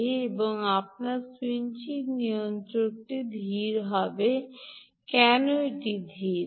এটি আপনার স্যুইচিং নিয়ন্ত্রকটি ধীর হবে কেন এটি ধীর